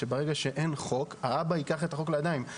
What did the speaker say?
ברגע שאין חוק, האבא ייקח את החוק לידיים.